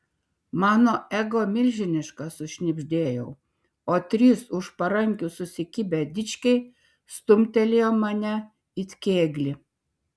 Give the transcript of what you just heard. mano ego milžiniškas sušnibždėjau o trys už parankių susikibę dičkiai stumtelėjo mane it kėglį